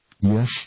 Yes